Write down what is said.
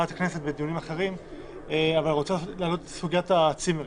אבל אני רוצה להעלות את סוגיית הצימרים.